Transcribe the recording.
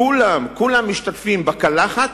כולם-כולם משתתפים בקלחת